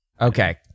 Okay